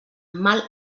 mal